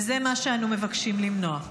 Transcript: וזה מה שאנו מבקשים למנוע.